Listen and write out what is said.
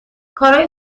کارای